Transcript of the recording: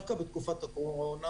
דווקא בתקופת הקורונה,